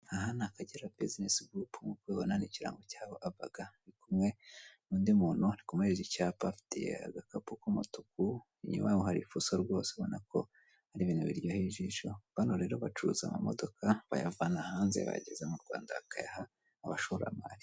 Aha ni akagera bizinesi gurupu nkuko mubibona ni ikirango cyabo ABG kumwe nundi muntu ari kumuhereza icyapa afite agakapu k'umutuku inyuma yabo hari fuso rwose ubonako ari ibintu biryoheye ijisho bano rero bacuruza amamodoka bayavana hanze bayageza mu Rwanda bakayaha amashorampari.